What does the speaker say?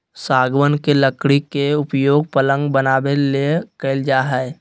सागवान के लकड़ी के उपयोग पलंग बनाबे ले कईल जा हइ